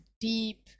deep